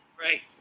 Right